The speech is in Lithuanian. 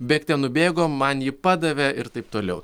bėgte nubėgo man ji padavė ir taip toliau